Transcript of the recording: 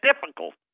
difficult